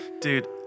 Dude